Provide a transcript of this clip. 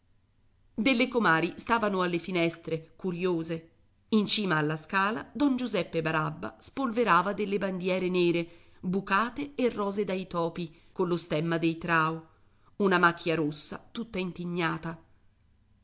delle comari stavano alle finestre curiose in cima alla scala don giuseppe barabba spolverava delle bandiere nere bucate e rose dai topi collo stemma dei trao una macchia rossa tutta intignata